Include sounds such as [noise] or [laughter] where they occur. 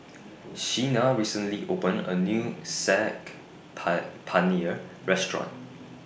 [noise] Sheena recently opened A New Saag PIE Paneer Restaurant